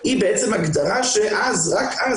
נמצא בכלא,